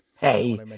Hey